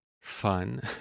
fun